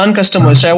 customers